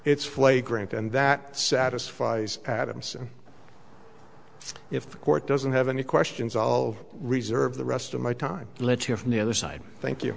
it's flagrant and that satisfies adamson if the court doesn't have any questions all of reserve the rest of my time let's hear from the other side thank you